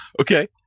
Okay